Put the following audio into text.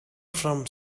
from